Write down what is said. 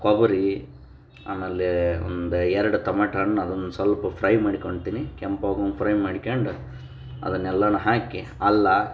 ಕೊಬ್ಬರಿ ಆಮೇಲೆ ಒಂದು ಎರಡು ತಮ್ಯಾಟ ಹಣ್ಣು ಅದನ್ನ ಸ್ವಲ್ಪ ಫ್ರೈ ಮಾಡಿಕೊಳ್ತೀನಿ ಕೆಂಪಾಗ್ವಂಗೆ ಫ್ರೈ ಮಾಡ್ಕಂಡು ಅದನ್ನೆಲ್ಲಾ ಹಾಕಿ ಅಲ್ಲ